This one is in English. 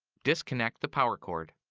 disconnect the power cord.